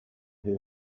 who